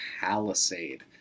Palisade